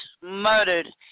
murdered